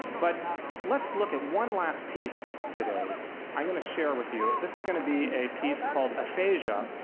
but let's look at one last piece today i'm going to share with you. this is going to be a piece called aphasia,